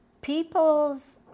people's